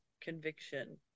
conviction